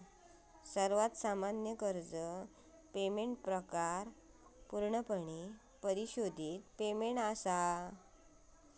सर्वात सामान्य कर्ज पेमेंट प्रकार पूर्णपणे परिशोधित पेमेंट असा